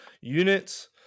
Units